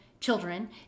children